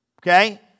Okay